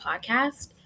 podcast